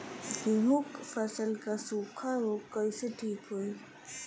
गेहूँक फसल क सूखा ऱोग कईसे ठीक होई?